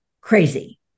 crazy